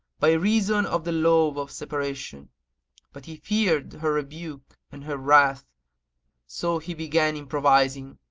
by reason of the lowe of separation but he feared her rebuke and her wrath so he began improvising,